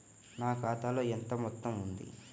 నా ఖాతాలో ఎంత మొత్తం ఉంది?